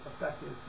effective